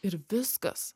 ir viskas